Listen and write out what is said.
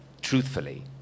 truthfully